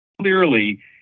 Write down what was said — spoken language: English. clearly